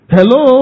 Hello